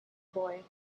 boy